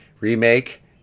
remake